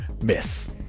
miss